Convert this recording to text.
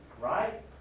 right